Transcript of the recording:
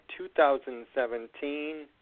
2017